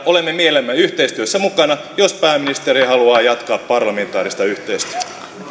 olemme mielellämme yhteistyössä mukana jos pääministeri haluaa jatkaa parlamentaarista yhteistyötä